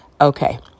Okay